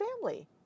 family